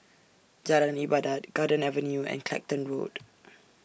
Jalan Ibadat Garden Avenue and Clacton Road